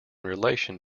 relation